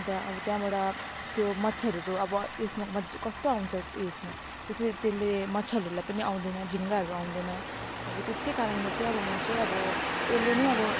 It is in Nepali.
अन्त अब त्यहाँबाट त्यो मच्छरहरू अब यसमा मजा कस्तो आउँछ उयसमा त्यसरी त्यसले मच्छरहरूलाई पनि आउँदैन झिँगाहरू आउँदैन अब त्यसकै कारणले चाहिँ अब म चाहिँ अब त्यसले नै अब